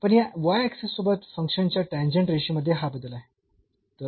पण या ऍक्सिस सोबत फंक्शन च्या टॅन्जेंट रेषेमध्ये हा बदल आहे